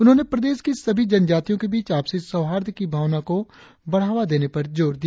उन्होंने प्रदेश की सभी जनजातियो के बीच आपसी सौहार्द की भावना को बढ़ावा देने पर जोर दिया